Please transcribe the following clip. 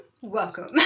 Welcome